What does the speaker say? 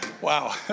Wow